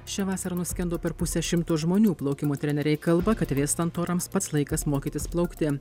šią vasarą nuskendo per pusę šimto žmonių plaukimo treneriai kalba kad vėstant orams pats laikas mokytis plaukti